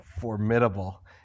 formidable